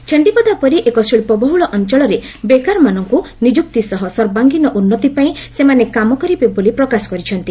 ଛେଣ୍ଣିପଦା ପରି ଏକ ଶିବ୍ବହୁଳ ଅଞଳରେ ବେକାରମାନଙ୍କୁ ନିଯୁକ୍ତି ସହ ସର୍ବାଙ୍ଗୀନ ଉନ୍ନତି ପାଇଁ ସେମାନେ କାମ କରିବେ ବୋଲି ପ୍ରକାଶ କରିଛନ୍ତି